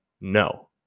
no